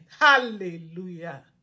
Hallelujah